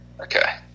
Okay